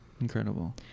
Incredible